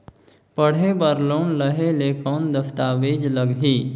पढ़े बर लोन लहे ले कौन दस्तावेज लगही?